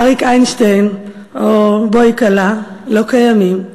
אריק איינשטיין או "בואי כלה" לא קיימים,